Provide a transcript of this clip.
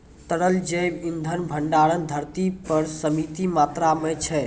तरल जैव इंधन भंडार धरती पर सीमित मात्रा म छै